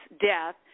death